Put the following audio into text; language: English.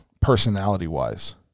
personality-wise